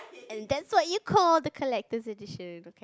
and that's what you call the collector's edition